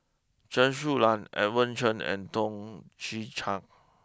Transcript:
Chen Su Lan Edmund Chen and Toh Chin Chye